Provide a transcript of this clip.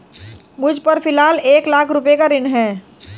मुझपर फ़िलहाल एक लाख रुपये का ऋण है